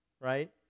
right